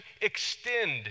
extend